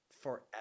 Forever